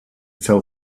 fell